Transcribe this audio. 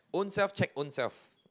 own self check own self